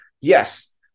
yes